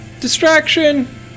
distraction